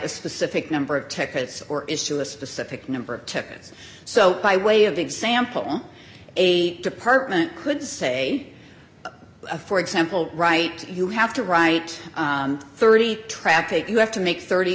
a specific number of tickets or is to a specific number of tickets so by way of example a department could say for example right you have to write thirty traffic you have to make thirty